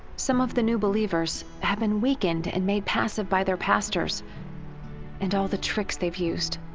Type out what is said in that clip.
some of the new believers have been weakened and made passive by their pastors and all the tricks they've used.